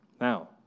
Now